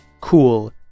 cool